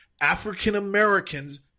African-Americans